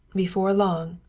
before long,